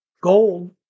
gold